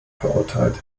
verurteilt